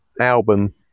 album